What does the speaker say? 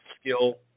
skill